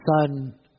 son